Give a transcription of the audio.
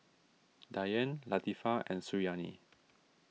Dian Latifa and Suriani